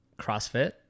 CrossFit